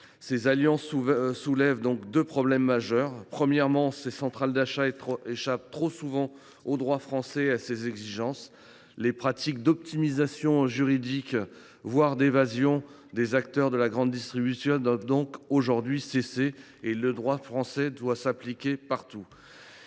telles alliances soulèvent deux problèmes majeurs. Le premier est le fait que ces centrales d’achat échappent trop souvent au droit français et à ses exigences. Les pratiques d’optimisation juridique, voire d’évasion, des acteurs de la grande distribution doivent aujourd’hui cesser ; le droit français doit s’appliquer partout.